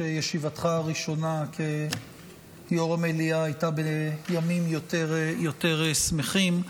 שישיבתך הראשונה כיו"ר המליאה הייתה בימים יותר שמחים.